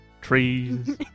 trees